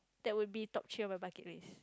that would be top three on my bucket list